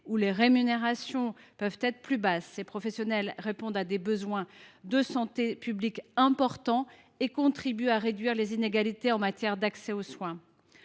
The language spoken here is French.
ou les rémunérations peuvent être plus basses. Ces professionnels répondent à des besoins de santé publique importants et contribuent à réduire les inégalités en matière d’accès aux soins.